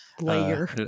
layer